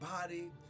body